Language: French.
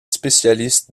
spécialiste